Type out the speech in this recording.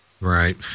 Right